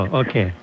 okay